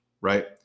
right